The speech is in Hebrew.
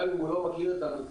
גם אם הוא לא מכיר את המיתקן,